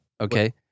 Okay